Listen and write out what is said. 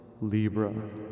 Libra